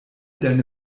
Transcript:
deine